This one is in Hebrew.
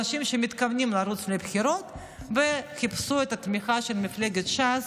אנשים שמתכוונים לרוץ לבחירות וחיפשו את התמיכה של מפלגת ש"ס